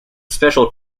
special